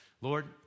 Lord